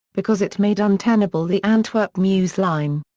because it made untenable the antwerp-meuse line.